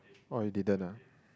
oh you didn't ah